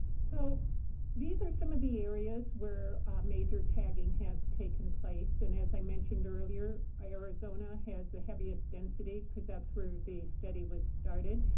so these are some of the areas where major tagging has taken place. and as i mentioned earlier, arizona has the heaviest density, because that's where the study was started.